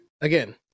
again